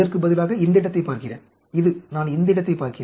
இதற்கு பதிலாக இந்த இடத்தைப் பார்க்கிறேன் இது நான் இந்த இடத்தைப் பார்க்கிறேன்